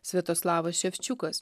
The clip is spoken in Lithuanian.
sviatoslavas ševčiukas